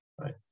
right